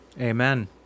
Amen